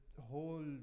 whole